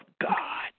God